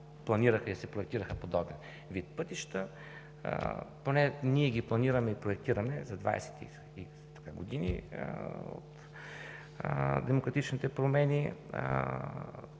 планираха и проектираха подобен вид пътища. Ние ги планираме и проектираме поне за 20 години от демократичните промени.